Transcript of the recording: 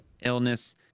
illness